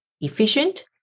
efficient